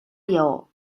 lleó